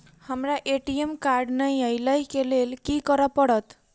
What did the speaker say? हमरा ATM card नै अई लई केँ लेल की करऽ पड़त?